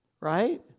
right